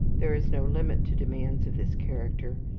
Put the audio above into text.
there is no limit to demands of this character.